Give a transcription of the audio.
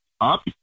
up